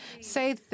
say